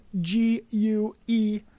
G-U-E